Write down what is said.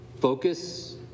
focus